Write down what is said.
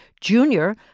Junior